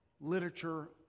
literature